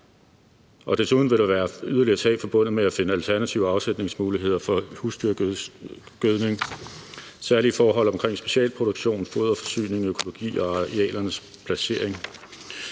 Og desuden vil der være yderligere tab forbundet med at finde alternative afsætningsmuligheder for husdyrgødning og særlige forhold omkring specialproduktion, foderforsyning, økologi og arealernes placering.